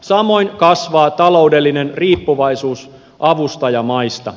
samoin kasvaa taloudellinen riippuvaisuus avustajamaista